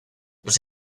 los